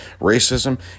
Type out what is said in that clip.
racism